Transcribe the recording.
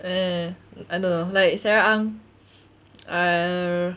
uh I don't know like sarah ang err